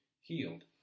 healed